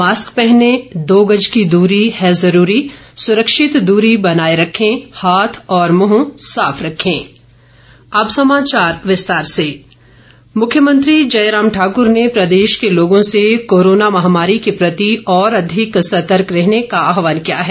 mask पहनें दो गज दूरी है जरूरी सुरक्षित दूरी बनाये रखें हाथ और मुंह साफ रखें मुख्यमंत्री मुख्यमंत्री जय राम ठाकुर ने प्रदेश के लोगों से कोरोना महामारी के प्रति और अधिक सतर्क रहने का आह्वान किया है